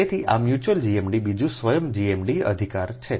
તેથી એક mutual GMD બીજું સ્વયં GMD અધિકાર છે